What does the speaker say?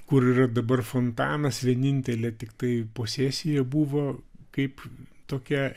kur yra dabar fontanas vienintelė tiktai posesija buvo kaip tokia